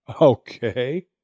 Okay